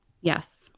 Yes